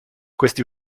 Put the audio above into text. questi